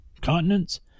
continents